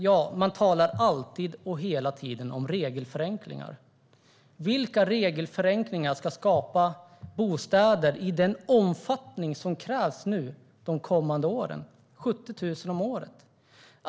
Ja, man talar alltid och hela tiden om regelförenklingar. Vilka regelförenklingar ska skapa bostäder i den omfattning som krävs de kommande åren, det vill säga 70 000 om året?